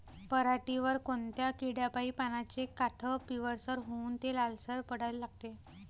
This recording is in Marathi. पऱ्हाटीवर कोनत्या किड्यापाई पानाचे काठं पिवळसर होऊन ते लालसर पडाले लागते?